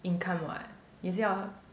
income what you see hor